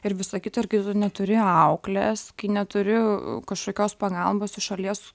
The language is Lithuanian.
ir visa kita ir kai neturi auklės kai neturi kažkokios pagalbos iš šalies